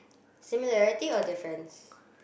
similarity or difference